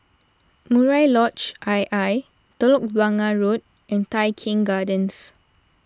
Murai Lodge I I Telok Blangah Road and Tai Keng Gardens